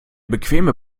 bequeme